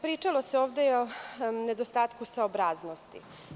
Pričalo se ovde i o nedostatku saobraznosti.